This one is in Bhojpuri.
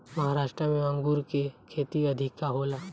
महाराष्ट्र में अंगूर के खेती अधिका होला